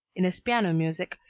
in his piano music,